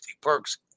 perks